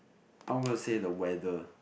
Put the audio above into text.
I'm gonna say the weather